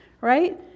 right